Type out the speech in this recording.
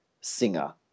singer